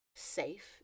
safe